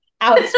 out